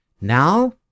now